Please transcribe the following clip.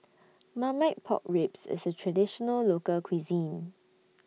Marmite Pork Ribs IS A Traditional Local Cuisine